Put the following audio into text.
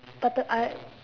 but the I